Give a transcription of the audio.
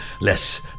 less